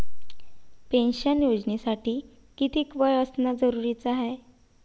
Pension योजनेसाठी कितीक वय असनं जरुरीच हाय?